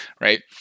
Right